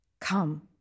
come